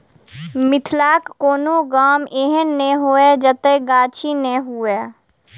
मिथिलाक कोनो गाम एहन नै होयत जतय गाछी नै हुए